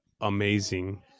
amazing